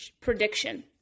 prediction